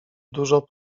dużo